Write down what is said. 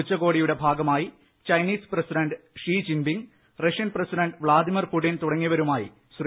ഉച്ചകോടിയുടെ ഭാഗമായി Chinese president Xi Jinping Russian president Vladimir Putin തുടങ്ങിയവരുമായി ശ്രീ